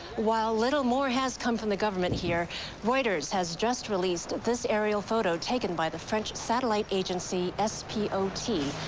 while little more has come from the govnment here reuters has just released this aerial photo taken by the french satellite agency s p o t.